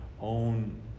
own